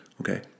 Okay